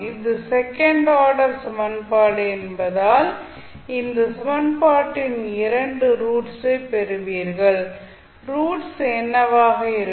இது second order சமன்பாடு என்பதால் இந்த சமன்பாட்டின் இரண்டு ரூட்ஸை பெறுவீர்கள் ரூட்ஸ் என்னவாக இருக்கும்